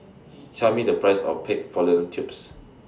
Tell Me The Price of Pig Tubes